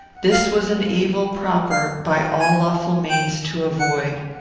this was an evil proper, by all lawful means, to avoid.